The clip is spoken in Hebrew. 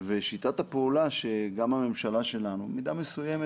ושיטת הפעולה שגם הממשלה שלנו במידה מסוימת